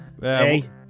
Hey